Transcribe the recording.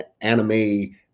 anime